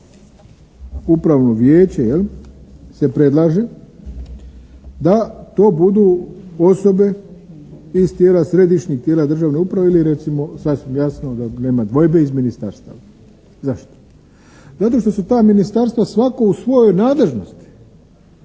vijeće se predlaže da to budu osobe iz tijela središnjih tijela državne uprave ili recimo sasvim jasno da nema dvojbe iz ministarstava. Zašto? Zato što su ta ministarstva svako u svojoj nadležnosti